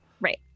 Right